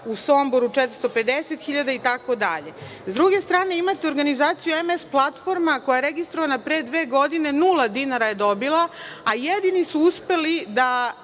u Somboru 450 hiljada itd.S druge strane imate organizaciju MS platforma, koja je registrovana pre dve godine, nula dinara je dobila, a jedini su uspeli da